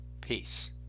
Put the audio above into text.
Peace